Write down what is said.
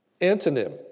antonym